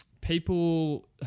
people